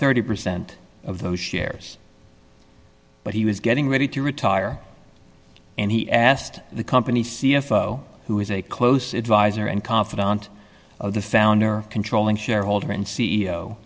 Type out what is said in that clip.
thirty percent of those shares but he was getting ready to retire and he asked the company's c f o who was a close advisor and confidant of the founder controlling shareholder and c